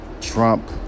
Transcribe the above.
Trump